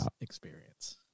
experience